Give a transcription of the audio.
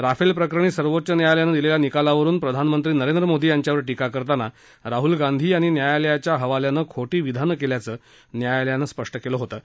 Rafale प्रकरणी सर्वोच्च न्यायालयानं दिलेल्या निकालावरुन प्रधानमंत्री नरेंद्र मोदी यांच्यांवर टीका करताना राहुल गांधी यांनी न्यायालयाच्या हवाल्यानं खोटी विधानं केल्याचं न्यायालयानं स्पष्ट केलं होतं